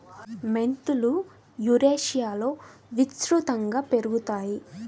మెంతులు యురేషియాలో విస్తృతంగా పెరుగుతాయి